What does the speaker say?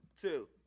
two